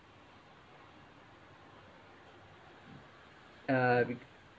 uh